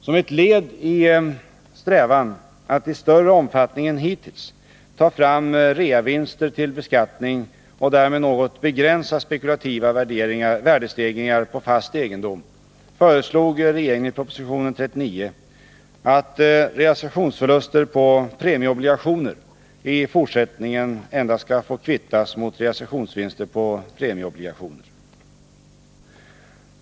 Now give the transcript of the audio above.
Som ett led i strävan att i större omfattning än hittills ta fram reavinster till beskattning och därmed något begränsa spekulativa värdestegringar på fast egendom föreslog regeringen i propositionen 39 att realisationsförluster på premieobligationer i fortsättningen endast skall få kvittas mot realisationsvinster på premieobligationer.